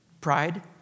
Pride